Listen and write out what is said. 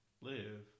live